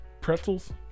pretzels